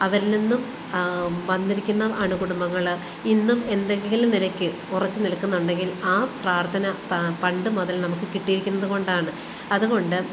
അവരിൽ നിന്നും വന്നിരിക്കുന്ന അണുകുടുമ്പങ്ങള് ഇന്നും എന്തെങ്കിലും നിലക്ക് ഉറച്ച് നിൽക്കുന്നുണ്ടെങ്കിൽ ആ പ്രാർത്ഥന താ പണ്ട് മുതൽ നമുക്ക് കിട്ടിയിരിക്കുന്നത് കൊണ്ടാണ് അത്കൊണ്ട്